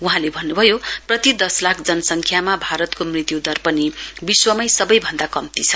वहाँले भन्नु भयो प्रति दश लाख जनसङ्ख्यामा भारतको मृत्यु दर पनि विश्वकै सबैभन्दा कम्ती छ